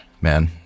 man